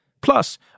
Plus